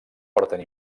porten